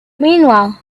meanwhile